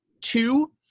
two